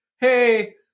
hey